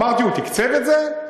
אמרתי: הוא תקצב את זה?